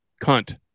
cunt